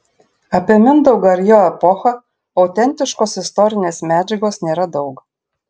apie mindaugą ir jo epochą autentiškos istorinės medžiagos nėra daug